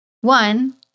One